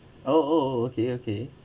oh oh okay okay